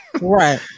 Right